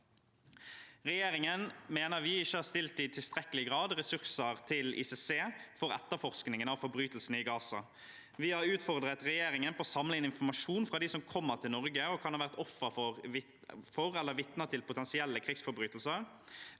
regjeringen ikke i tilstrekkelig grad har stilt ressurser til ICC til etterforskningen av forbrytelsene i Gaza. Vi har utfordret regjeringen til å samle inn informasjon fra dem som kommer til Norge, og som kan ha vært ofre for eller vitner til potensielle krigsforbrytelser.